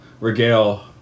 regale